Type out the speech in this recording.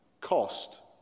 cost